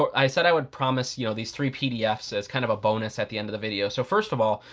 i said i would promise you know these three pdf's as, kind of a bonus at the end of the video. so first of all,